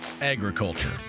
agriculture